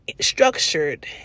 structured